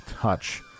touch